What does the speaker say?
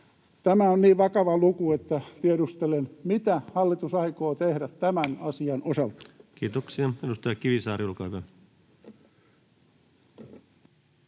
Tämä on niin vakava luku, että tiedustelen: mitä hallitus aikoo tehdä tämän asian osalta? Kiitoksia. — Edustaja Kivisaari, olkaa